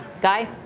Guy